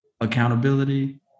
accountability